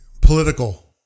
political